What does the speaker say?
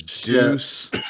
deuce